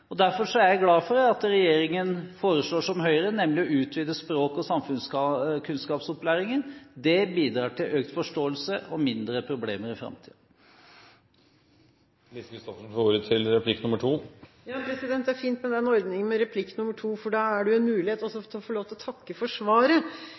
Derfor er jeg glad for at regjeringen foreslår som Høyre, nemlig å utvide språk- og samfunnskunnskapsopplæringen. Det bidrar til økt forståelse og mindre problemer i framtiden. Lise Christoffersen får ordet til replikk nr. 2. Det er fint med den ordningen med replikk nr. 2, for da er det jo en mulighet til også